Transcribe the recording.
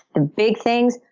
the big things,